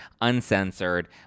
uncensored